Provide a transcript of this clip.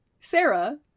sarah